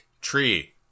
Tree